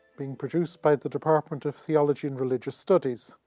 being produced by the department of theology and religious studies.